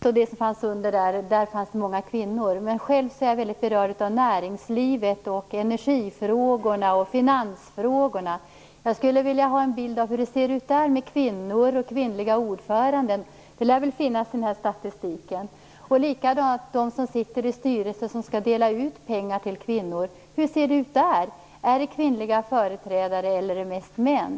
Herr talman! Jag hörde att det fanns många kvinnor på Kommunikationsdepartementet. Själv är jag berörd av näringslivet, energifrågor och finansfrågor. Jag undrar hur bilden ser ut där när det gäller kvinnor och kvinnliga ordförande. Det lär väl finnas sådan statistik. Hur ser det ut i styrelser som skall dela ut pengar till kvinnor? Finns det kvinnliga företrädare eller är det mest män?